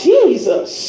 Jesus